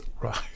Right